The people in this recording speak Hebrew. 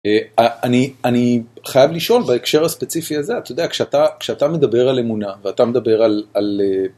אה.. אה.. אני, אני חייב לשאול בהקשר הספציפי הזה, אתה יודע כשאתה, כשאתה מדבר על אמונה ואתה מדבר על, על אה..